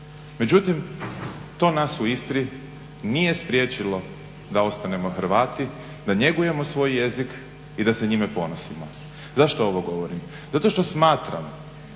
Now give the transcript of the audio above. Međutim, to nas u Istri nije spriječilo da ostanemo Hrvati, da njegujemo svoj jezik i da se njime ponosimo. Zašto ovo govorim? Zato što smatram